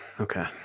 Okay